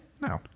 no